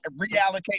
reallocate